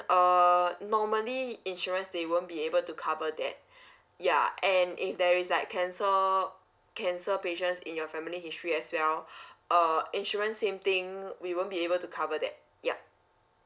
err normally insurance they won't be able to cover that ya and if there is like cancer cancer patients in your family history as well uh insurance same thing we won't be able to cover that yup